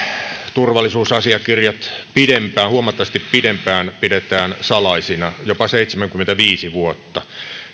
turvallisuusasiakirjat huomattavasti pidempään pidetään salaisina jopa seitsemänkymmentäviisi vuotta